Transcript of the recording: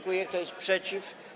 Kto jest przeciw?